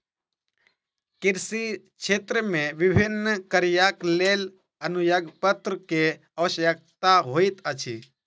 कृषि क्षेत्र मे विभिन्न कार्यक लेल अनुज्ञापत्र के आवश्यकता होइत अछि